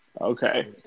Okay